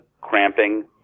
cramping